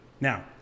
Now